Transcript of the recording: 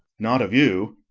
not of you.